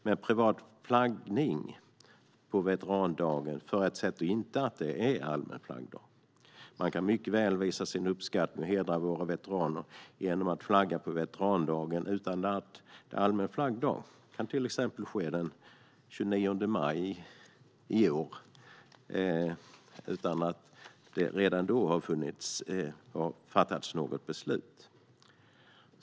Men privat flaggning på veterandagen förutsätter inte att det är allmän flaggdag. Man kan mycket väl visa sin uppskattning och hedra våra veteraner genom att flagga på veterandagen utan att det är allmän flaggdag. Det kan till exempel ske den 29 maj i år utan att det har fattats något beslut.